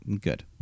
Good